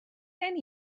gen